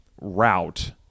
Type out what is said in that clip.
route